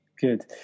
Good